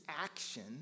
action